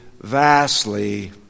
vastly